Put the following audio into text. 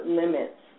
limits